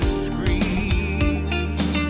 scream